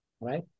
right